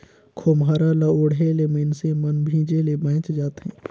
खोम्हरा ल ओढ़े ले मइनसे मन भीजे ले बाएच जाथे